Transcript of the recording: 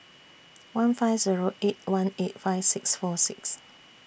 one five Zero eight one eight five six four six